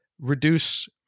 reduce